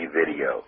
video